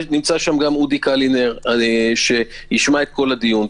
נמצא שם גם אודי קלינר שישמע את כל הדיון.